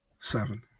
Seven